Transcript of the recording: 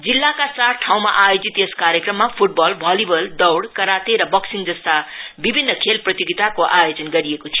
जिल्लाका चार ठाउँमा आयोजित यस कार्यक्रममा फुटबलभलिबलदौइ कराते र बक्सिङ जस्ता विभिन्न खेल प्रतियोगिताको आयोजन गरिएको थियो